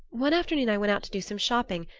one afternoon i went out to do some shopping,